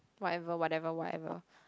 whatever whatever whatever